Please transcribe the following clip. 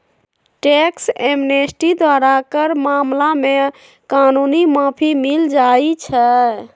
tax amnesty द्वारा कर मामला में कानूनी माफी मिल जाइ छै